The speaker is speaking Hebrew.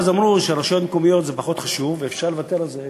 אז אמרו שרשויות מקומיות זה פחות חשוב ואפשר לוותר על זה,